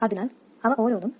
അതിനാൽ ഇവ ഓരോന്നും 0